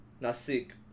Nasik